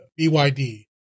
byd